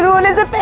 son is a